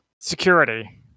Security